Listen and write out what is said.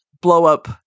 blow-up